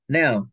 now